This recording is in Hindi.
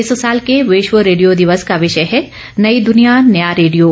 इस साल के विश्व रेडियो दिवस का विषय है नई दुनिया नया रेडियो